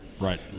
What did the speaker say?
Right